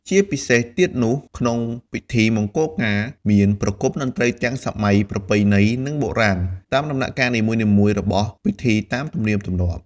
ជាពិសេសទៀតនោះក្នុងពិធីមង្គលការមានប្រគុំតន្រីទាំងសម័យ ប្រពៃណី និងបុរាណតាមដំណាក់កាលនីមួយៗរបស់ពិធីតាមទំនៀមទម្លាប់។